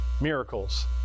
miracles